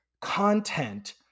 content